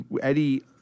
Eddie